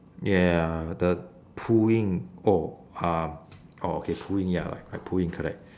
ya the pooing oh um oh okay pooing ya like like pooing correct